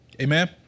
Amen